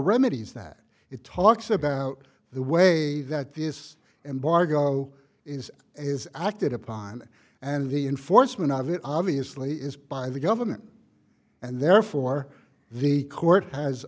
remedies that it talks about the way that this embargo is is acted upon and the enforcement of it obviously is by the government and therefore the court has